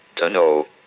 to know.